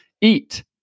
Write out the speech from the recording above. eat